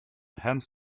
hence